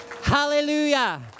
Hallelujah